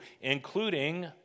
including